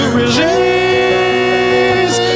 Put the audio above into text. release